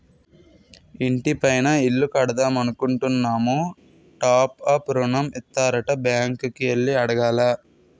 ఇంటి పైన ఇల్లు కడదామనుకుంటున్నాము టాప్ అప్ ఋణం ఇత్తారట బ్యాంకు కి ఎల్లి అడగాల